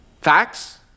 Facts